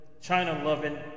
China-loving